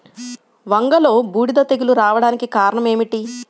వంగలో బూడిద తెగులు రావడానికి కారణం ఏమిటి?